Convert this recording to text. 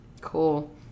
Cool